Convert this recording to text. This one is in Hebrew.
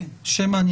שם מעניין,